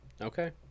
Okay